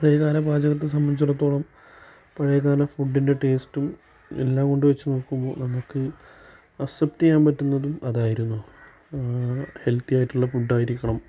പഴയകാല പാചകത്തെ സംബന്ധിച്ചിടത്തോളം പഴയകാല ഫുഡിൻ്റെ ടേസ്റ്റ് എല്ലാം കൊണ്ട് വെച്ച് നോക്കുമ്പോൾ നമുക്ക് അക്സെപ്റ്റ് ചെയ്യാൻ പറ്റുന്നതും അതായിരുന്നു ഹെൽത്തി ആയിട്ടുള്ള ഫുഡായിരിക്കണം